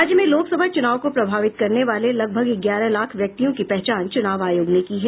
राज्य में लोकसभा चुनाव को प्रभावित करने वाले लगभग ग्यारह लाख व्यक्तियों की पहचान चुनाव आयोग ने की है